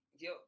yo